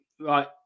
Right